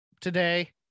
today